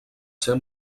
ser